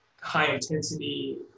high-intensity